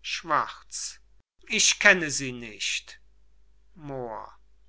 schwarz ich kenne sie nicht moor